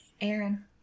Aaron